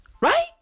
Right